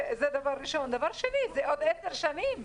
דבר שני זה עוד עשר שנים.